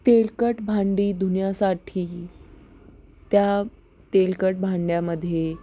तेलकट भांडी धुण्यासाठी त्या तेलकट भांड्यामध्ये